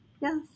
Yes